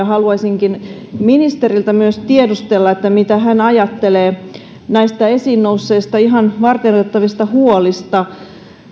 haluaisinkin ministeriltä tiedustella mitä hän ajattelee näistä esiin nousseista ihan varteenotettavista huolista